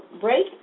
break